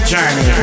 Journey